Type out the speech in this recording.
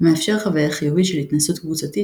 ומאפשר חוויה חיובית של התנסות קבוצתית